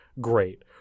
great